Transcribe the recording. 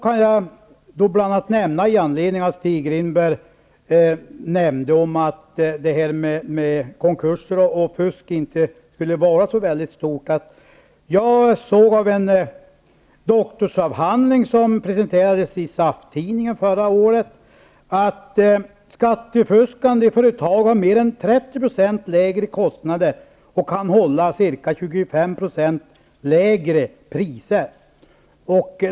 Stig Rindborg nämnde att det inte skulle förekomma så mycket av fusk i samband med konkurser. En doktorsavhandling som presenterades i SAF-tidningen förra året visar att skattefuskande företag har mer än 30 % lägre kostnader och kan hålla ca 25 % lägre priser.